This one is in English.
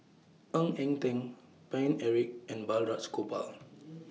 Ng Eng Teng Paine Eric and Balraj Gopal